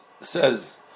says